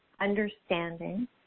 understanding